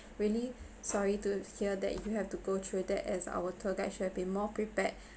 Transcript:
really sorry to hear that you have to go through that as our tour guide should have more prepared